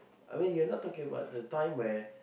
I mean you're not talking about the time where